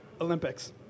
Olympics